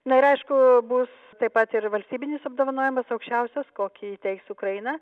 na ir aišku bus taip pat ir valstybinis apdovanojimas aukščiausias kokį įteiks ukraina